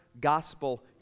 gospel